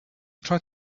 tried